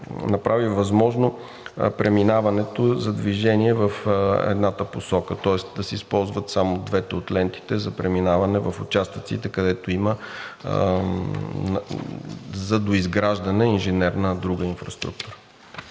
направи възможно преминаването за движение в едната посока, тоест да се използват само две от лентите за преминаване в участъците, където има за доизграждане инженерна или друга инфраструктура.